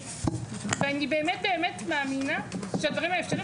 ואני באמת באמת מאמינה שהדברים האלה אפשריים.